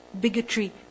bigotry